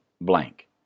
blank